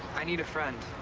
i need a friend.